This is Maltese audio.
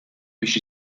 biex